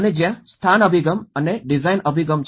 અને જ્યાં સ્થાન અભિગમ અને ડિઝાઇન અભિગમ